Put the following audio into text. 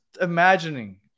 imagining